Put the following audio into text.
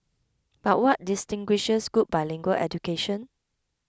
but what distinguishes good bilingual education